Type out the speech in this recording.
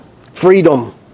Freedom